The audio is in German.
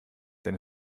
denn